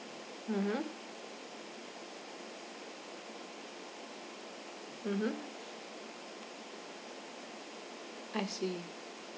mmhmm mmhmm I see